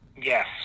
Yes